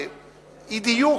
אי-דיוק,